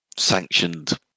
sanctioned